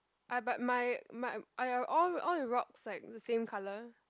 ah but my my are your all all the rocks like the same colour